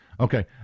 Okay